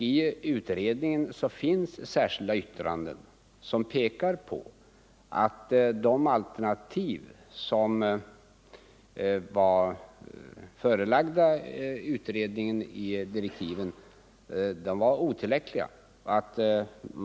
I utredningen finns särskilda yttranden som pekar på att de alternativ som var förelagda utredningen i direktiven var otillräckliga.